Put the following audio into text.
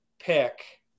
pick